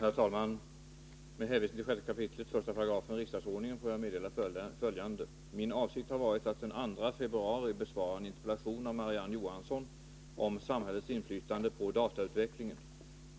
Herr talman! Med hänvisning till 6 kap. 1§ riksdagsordningen får jag meddela följande. Min avsikt har varit att den 2 februari besvara en interpellation av Marie-Ann Johansson om samhällets inflytande på datautvecklingen.